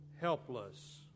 helpless